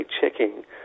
checking